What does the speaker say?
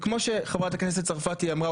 וכמו שחברת הכנסת צרפתי אמרה,